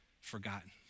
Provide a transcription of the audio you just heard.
forgotten